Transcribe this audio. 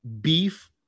Beef